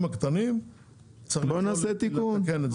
הקטנים אנחנו צריכים לקרוא לתקן את זה.